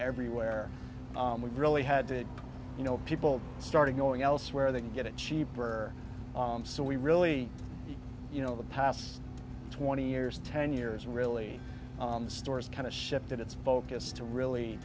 everywhere and we really had to you know people started going elsewhere they can get it cheaper on so we really you know the past twenty years ten years really the stores kind of shifted its focus to really